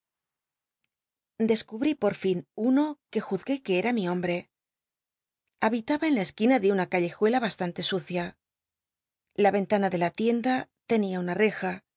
descubrí por fln uno c uc juzgué que era mi hombre habitaba en la esquina de una callejuela bastante sucia la en lana de la tienda tenia una reja